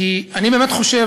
כי אני באמת חושב,